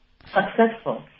successful